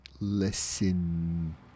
Lesson